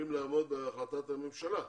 בהחלטת הממשלה,